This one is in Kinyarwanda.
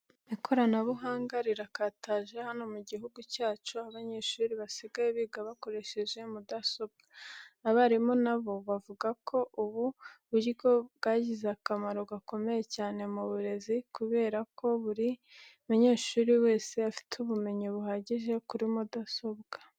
Ikoranabuhanga rirakataje hano mu gihugu cyacu, aho abanyeshuri basigaye biga bakoresheje mudasobwa. Abarimu na bo bavuga ko ubu buryo bwagize akamaro gakomeye cyane mu burezi, kubera ko kuri ubu buri munyeshuri wese afite ubumenyi buhagije kuri mudasobwa.